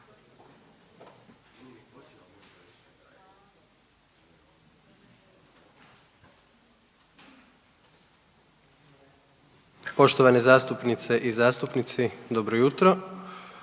poštovane zastupnice i zastupnici. O svakom